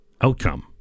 outcome